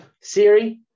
Siri